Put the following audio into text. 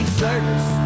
service